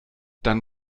dann